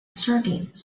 sardines